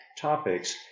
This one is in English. topics